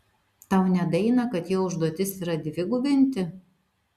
tau nedaeina kad jo užduotis yra dvigubinti